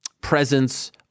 presence